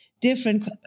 different